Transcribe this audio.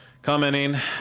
Commenting